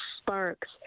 sparks